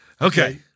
Okay